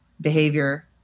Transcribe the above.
behavior